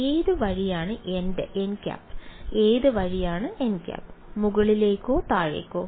ഏത് വഴിയാണ് nˆ ഏത് വഴിയാണ് nˆ മുകളിലേക്കോ താഴേക്കോ